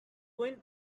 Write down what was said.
quinn